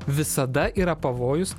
visada yra pavojus